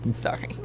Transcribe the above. sorry